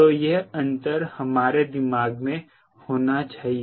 तो यह अंतर हमारे दिमाग में होना चाहिए